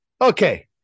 okay